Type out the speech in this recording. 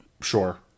Sure